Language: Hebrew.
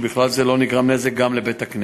ובכל זה לא נגרם נזק גם לבית-הכנסת.